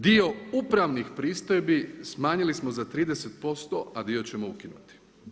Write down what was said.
Dio upravnih pristojbi smanjili smo za 30% a dio ćemo ukinuti.